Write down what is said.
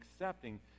accepting